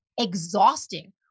exhausting